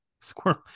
Squirrel